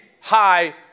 high